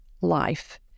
life